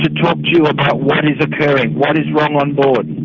to talk to you about what is occurring, what is wrong on board.